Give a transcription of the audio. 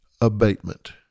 abatement